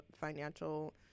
financial